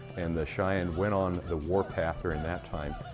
and the cheyenne went on the warpath during that time.